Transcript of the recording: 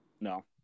No